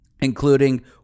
including